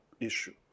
issue